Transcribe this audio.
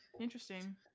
Interesting